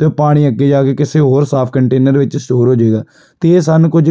ਅਤੇ ਉਹ ਪਾਣੀ ਅੱਗੇ ਜਾ ਕੇ ਕਿਸੇ ਹੋਰ ਸਾਫ਼ ਕੰਟੇਨਰ ਵਿੱਚ ਸਟੋਰ ਹੋ ਜਾਵੇਗਾ ਅਤੇ ਇਹ ਸਾਨੂੰ ਕੁਝ